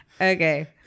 Okay